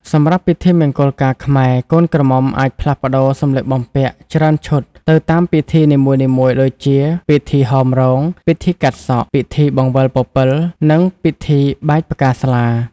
សម្រាប់ពិធីមង្គលការខ្មែរ កូនក្រមុំអាចផ្លាស់ប្តូរសម្លៀកបំពាក់ច្រើនឈុតទៅតាមពិធីនីមួយៗដូចជា ពិធីហោមរោង ពិធីកាត់សក់ ពិធីបង្វិលពពិល និង ពិធីបាចផ្កាស្លា ។